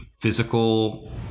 physical